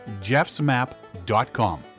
jeffsmap.com